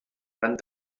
gran